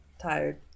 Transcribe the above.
tired